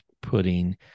putting